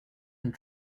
and